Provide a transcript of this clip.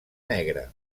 negre